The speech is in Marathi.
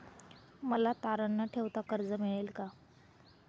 मला तारण न ठेवता कर्ज मिळेल का?